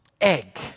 egg